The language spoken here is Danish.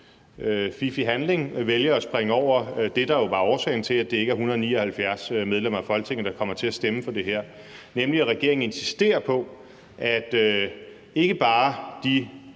handling vælger at springe over det, der var årsagen til, at det ikke er 179 medlemmer af Folketinget, der kommer til at stemme for det her, nemlig at regeringen insisterer på, at ikke bare de